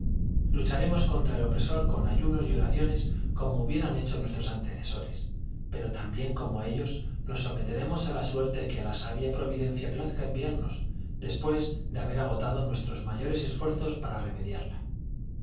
lucharemos contra el opresor con ayunos y oraciones como hubieran hecho nuestros antecesores pero también como ellos nos someteremos a la suerte que a la sabia providencia plazca enviarnos después de haber agotado nuestros mayores esfuerzos para remediarla